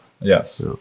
Yes